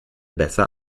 besser